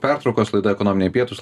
pertraukos laida ekonominiai pietūs